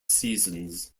seasons